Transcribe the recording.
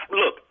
look